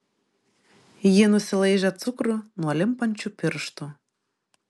ji nusilaižė cukrų nuo limpančių pirštų